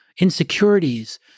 insecurities